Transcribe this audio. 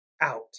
out